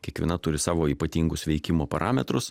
kiekviena turi savo ypatingus veikimo parametrus